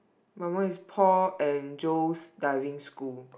my one is Paul and Jones Diving School